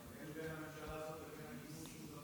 אבל אין בין הממשלה הזאת לבין הגינות שום דבר.